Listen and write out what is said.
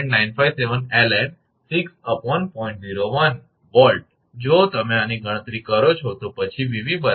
01 𝑉 જો તમે આની ગણતરી કરો તો પછી 𝑉𝑣 140